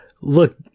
Look